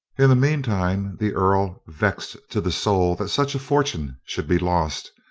in the mean time, the earl, vexed to the soul that such a fortune should be lost,